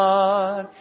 God